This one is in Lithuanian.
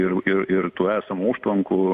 ir ir ir tų esamų užtvankų